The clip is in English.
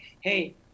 hey